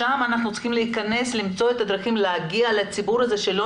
שם אנחנו צריכים למצוא את הדרכים להגיע לציבור הזה שלא